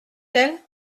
elle